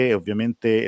ovviamente